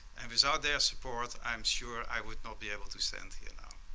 and without their support i'm sure i would not be able to stand here now.